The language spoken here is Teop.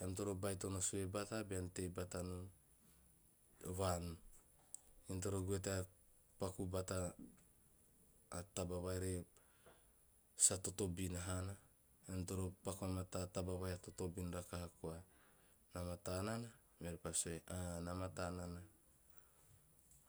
"ean toro baitono sue bata beam tei bata nom vaan. Ean toro goe ta paku bata a taba vai re sa totobin hana, ean toro paku vamataa a taba ii a totobin rakaha koa na mataa nanaa?" Meori pa sue, "a na mataa nana."